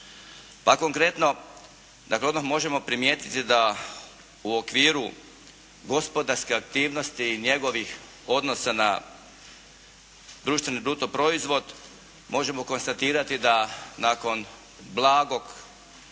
odmah možemo primijetiti da u okviru gospodarske aktivnosti i njegovih odnosa na društveni brutoproizvod možemo konstatirati da nakon blagog